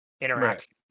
interaction